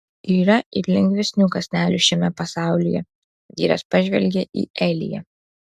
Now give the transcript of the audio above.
yra ir lengvesnių kąsnelių šiame pasaulyje vyras pažvelgia į eliją